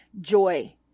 joy